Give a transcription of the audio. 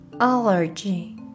allergy